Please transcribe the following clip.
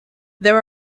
there